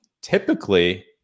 Typically